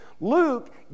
Luke